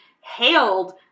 hailed